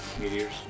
meteors